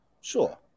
Sure